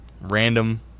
Random